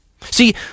See